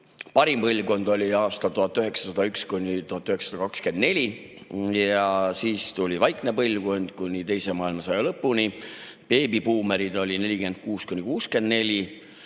Parim põlvkond oli aastatel 1901–1924. Siis tuli vaikne põlvkond kuni teise maailmasõja lõpuni. Beebibuumerid oli 1946–1964.